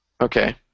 Okay